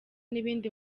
n’ibindi